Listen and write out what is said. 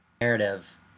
...narrative